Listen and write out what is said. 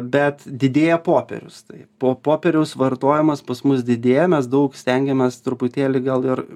bet didėja popierius taip o popieriaus vartojimas pas mus didėja mes daug stengiamės truputėlį gal ir